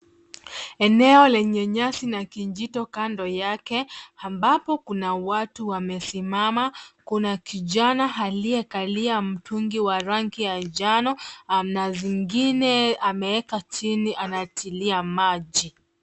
Eneo lenye nyasi na kijito kando yake ambapo kuna watu wamesimama. Kuna kijana aliyekalia mtungi wa maji ya kijani, ana zingine ameweka chini anatilia maji.